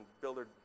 builder